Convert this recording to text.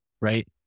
right